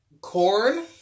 Corn